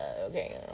okay